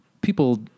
people